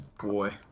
boy